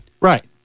Right